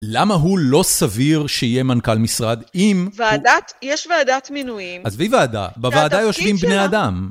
למה הוא לא סביר שיהיה מנכ"ל משרד אם... ועדת, יש ועדת מינויים. עזבי ועדה, בוועדה יושבים בני אדם.